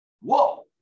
Whoa